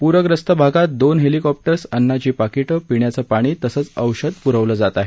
पूरग्रस्त भागात दोन हेलिकॉप्टर्स अन्नाची पाकिटं पिण्याचं पाणी तसंच औषधं पुरवत आहेत